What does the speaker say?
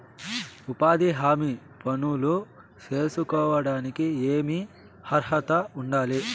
ఉపాధి హామీ పనులు సేసుకోవడానికి ఏమి అర్హత ఉండాలి?